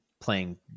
playing